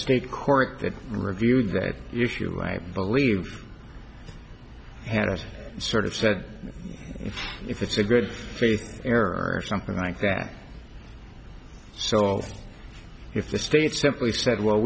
state court that reviewed that issue i believe has sort of said if it's a good faith error or something like that so if the state simply said well